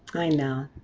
i know